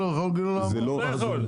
הוא לא יכול --- הוא לא יכול.